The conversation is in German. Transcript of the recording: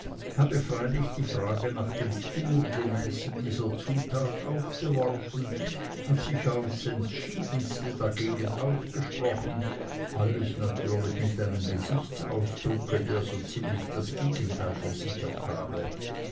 habe freilich die frage nach dem kurgemäßen dieser zutat aufgeworfen und sich aufs entschiedenste dagegen ausgesprochen alles natürlich mit einem gesichtsausdruck der so ziemlich das gegenteil versichert habe